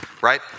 Right